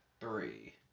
three